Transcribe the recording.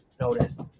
notice